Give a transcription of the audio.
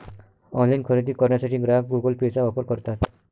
online खरेदी करण्यासाठी ग्राहक गुगल पेचा वापर करतात